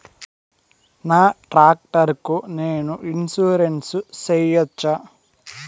నా టాక్టర్ కు నేను ఇన్సూరెన్సు సేయొచ్చా?